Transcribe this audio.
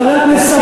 חברי הכנסת